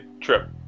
trip